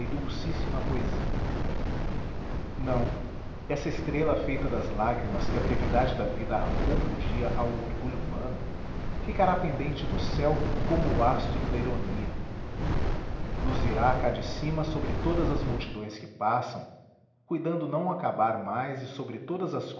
e dulcíssima poesia não essa estrela feita das lágrimas que a brevidade da vida arrancou um dia ao orgulho humano ficará pendente do céu como o astro da ironia luzirá cá de cima sobre todas as multidões que passam cuidando não acabar mais e sobre todas as